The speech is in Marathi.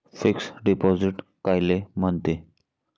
फिक्स डिपॉझिट कायले म्हनते?